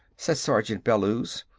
said sergeant bellews.